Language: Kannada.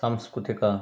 ಸಾಂಸ್ಕೃತಿಕ